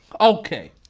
okay